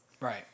Right